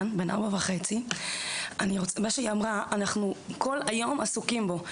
הוא בן 4.5. אנחנו כל היום עסוקים בו.